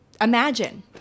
imagine